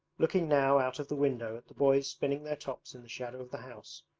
looking now out of the window at the boys spinning their tops in the shadow of the house,